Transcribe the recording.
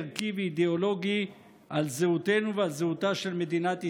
ערכי ואידיאולוגי על זהותנו ועל זהותה של מדינת ישראל.